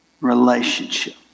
relationship